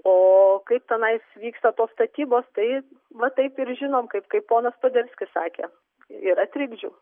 o kaip tenais vyksta tos statybos tai va taip ir žinom kaip kaip ponas poderskis sakė yra trikdžių